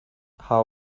how